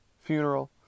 Funeral